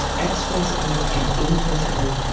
explicitly and implicitly,